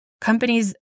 Companies